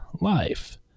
life